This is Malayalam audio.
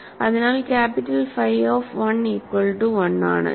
അതിനാൽ capital phi of 1 equal to 1 ആണ്